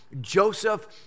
Joseph